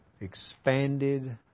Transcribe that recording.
Expanded